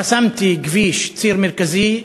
חסמתי כביש, ציר מרכזי,